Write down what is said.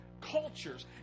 cultures